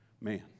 man